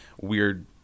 weird